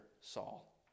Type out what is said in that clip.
Saul